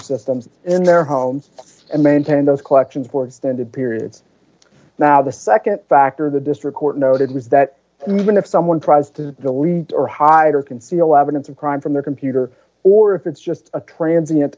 systems in their homes and maintained collections for extended periods now the nd factor the district court noted was that even if someone tries to delete or hide or conceal evidence of crime from their computer or if it's just a transien